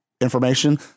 information